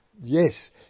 Yes